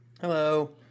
Hello